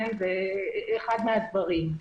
זה היה אחד מהדברים.